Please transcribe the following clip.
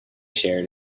shared